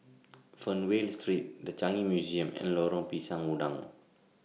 Fernvale Street The Changi Museum and Lorong Pisang Udang